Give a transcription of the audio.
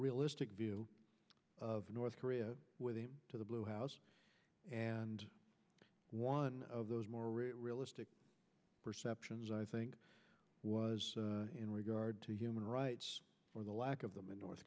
realistic view of north korea to the blue house and one of those more realistic perceptions i think was in regard to human rights or the lack of them in north